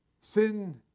sin